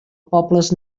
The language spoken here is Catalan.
pobles